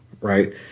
right